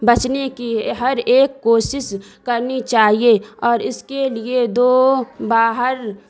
بچنے کی ہر ایک کوشش کرنی چاہیے اور اس کے لیے دو باہر